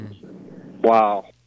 Wow